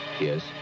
yes